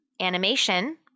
animation